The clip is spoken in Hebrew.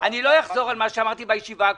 אני לא אחזור על מה שאמרתי בישיבה הקודמת.